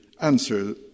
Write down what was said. answer